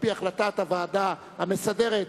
על-פי החלטת הוועדה המסדרת,